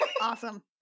Awesome